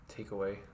takeaway